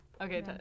okay